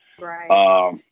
Right